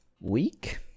week